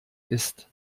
ist